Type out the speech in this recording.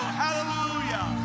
hallelujah